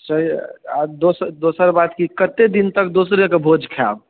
सही आ दोस दोसर बात कि कते दिन तक दोसरे के भोज खायब